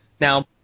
Now